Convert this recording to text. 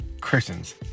Christians